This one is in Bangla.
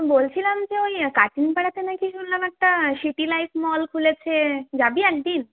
বলছিলাম যে ঐ কাতিন পাড়াতে নাকি শুনলাম একটা সিটি লাইফ মল খুলেছে যাবি একদিন